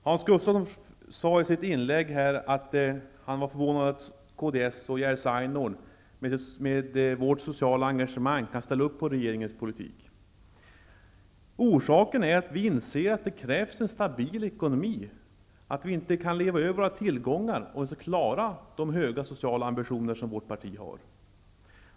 Hans Gustafsson sade i sitt inlägg att han var förvånad över att kds och Jerzy Einhorn med tanke på det sociala engagemanget kan ställa upp på regeringens politik. Orsaken är att vi inser att det krävs en stabil ekonomi och att vi inte kan leva över våra tillgångar om vi skall klara de höga sociala ambitioner som vårt parti har.